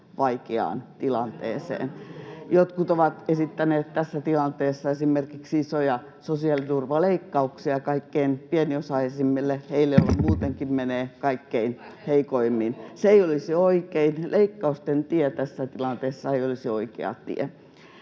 Vasemmistohallitus!] Jotkut ovat esittäneet tässä tilanteessa esimerkiksi isoja sosiaaliturvaleikkauksia kaikkein pieniosaisimmille, heille, joilla muutenkin menee kaikkein heikoimmin. Se ei olisi oikein. Leikkausten tie tässä tilanteessa ei olisi oikea tie.